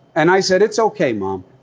and i said, it's ok, mom,